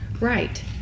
Right